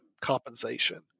compensation